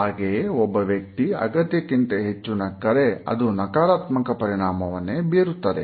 ಹಾಗೆಯೇ ಒಬ್ಬ ವ್ಯಕ್ತಿ ಅಗತ್ಯಕ್ಕಿಂತ ಹೆಚ್ಚು ನಕ್ಕರೆ ಅದು ನಕಾರಾತ್ಮಕ ಪರಿಣಾಮವನ್ನೇ ಬೀರುತ್ತದೆ